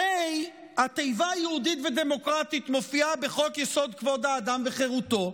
הרי התיבות "יהודית ודמוקרטית" מופיעות בחוק-יסוד: כבוד האדם וחירותו,